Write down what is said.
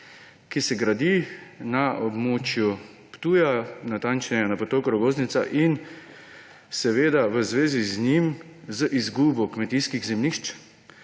ki se gradi na območju Ptuja, natančneje na potoku Rogoznica, in seveda v zvezi z njim z izgubo kmetijskih zemljišč,